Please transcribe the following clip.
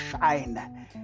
shine